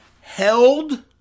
held